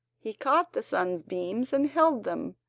he caught the sun's beams and held them,